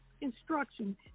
instruction